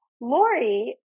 Lori